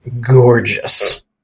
gorgeous